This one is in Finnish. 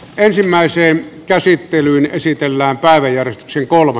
ensimmäiseen käsittelyyn esitellään päivä jerzy wallinin